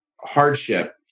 hardship